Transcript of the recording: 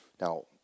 Now